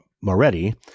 Moretti